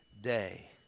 day